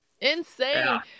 Insane